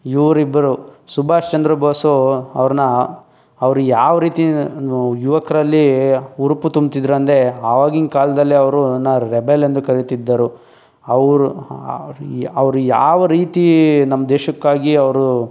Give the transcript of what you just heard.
ಇವರಿಬ್ಬರು ಸುಭಾಷ್ ಚಂದ್ರ ಬೋಸ್ ಅವ್ರನ್ನ ಅವರು ಯಾವ ರೀತಿ ಯುವಕರಲ್ಲಿ ಹುರುಪು ತುಂಬುತ್ತಿದ್ದರು ಅಂದರೆ ಆವಾಗಿನ ಕಾಲದಲ್ಲಿ ಅವ್ರನ್ನ ರೆಬೆಲ್ ಎಂದು ಕರೀತಿದ್ದರು ಅವರು ಅವರು ಯಾವ ರೀತಿ ನಮ್ಮ ದೇಶಕ್ಕಾಗಿ ಅವರು